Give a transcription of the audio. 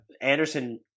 Anderson